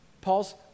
Paul's